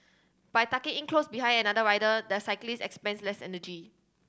by tucking in close behind another rider the cyclist expends less energy